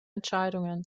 entscheidungen